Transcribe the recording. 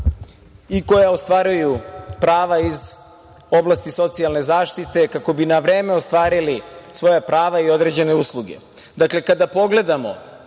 i koja ostvaruju prava iz oblasti socijalne zaštite, kako bi na vreme ostvarili svoja prava i određene usluge. Dakle, kada pogledamo